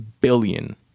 billion